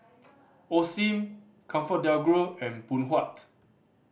Osim ComfortDelGro and Phoon Huat